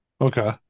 Okay